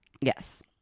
Yes